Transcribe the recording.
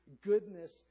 goodness